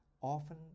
often